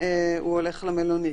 הוא הולך למלונית.